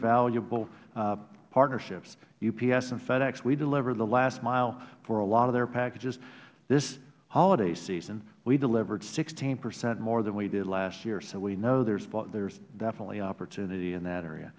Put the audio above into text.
valuable partnerships ups and fedex we deliver the last mile for a lot of their packages this holiday season we delivered sixteen percent more than we did last year so we know there is definitely opportunity in that area